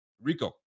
Rico